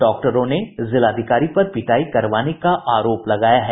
डॉक्टरों ने जिलाधिकारी पर पिटाई करवाने का आरोप लगाया है